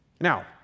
Now